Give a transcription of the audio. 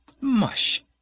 mush